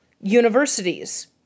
universities